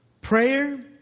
Prayer